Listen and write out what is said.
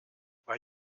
weil